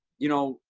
you know,